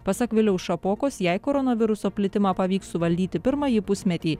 pasak viliaus šapokos jei koronaviruso plitimą pavyks suvaldyti pirmąjį pusmetį